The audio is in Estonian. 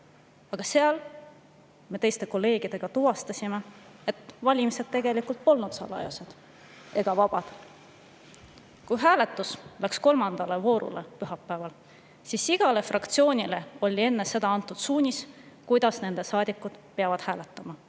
Aga seal me teiste kolleegidega tuvastasime, et valimised tegelikult polnud salajased ega vabad. Kui hääletus jõudis pühapäeval kolmandasse vooru, siis igale fraktsioonile oli enne seda antud suunis, kuidas nende saadikud peavad hääletama,